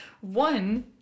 One